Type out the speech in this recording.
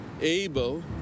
able